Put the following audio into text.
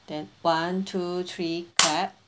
then one two three clap